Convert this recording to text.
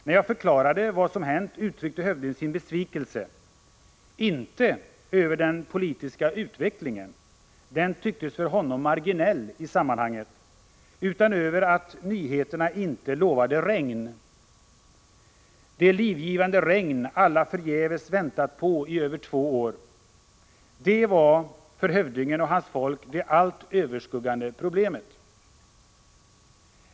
När jag förklarade vad som hänt uttryckte hövdingen sin besvikelse — inte över den politiska utvecklingen, den tycktes för honom marginell i sammanhanget, utan över att nyheterna inte lovade regn — det livgivande regn alla förgäves väntat på i över två år. Det var för hövdingen och hans folk det allt överskuggande problemet.